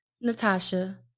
Natasha